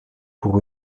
pour